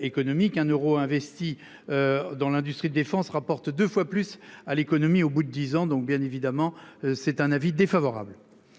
Économique un euro investi. Dans l'industrie de défense rapporte 2 fois plus à l'économie au bout de 10 ans, donc bien évidemment, c'est un avis défavorable.